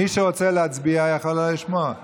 מי שרוצה להצביע יכול היה לשמוע.